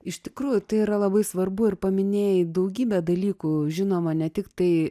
iš tikrųjų tai yra labai svarbu ir paminėjai daugybę dalykų žinoma ne tik tai